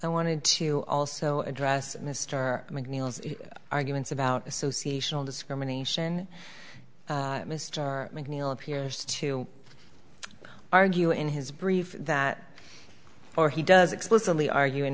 i wanted to also address mr macneill's arguments about association with discrimination mr mcneil appears to argue in his brief that or he does explicitly argu